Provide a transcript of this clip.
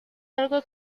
algo